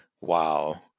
wow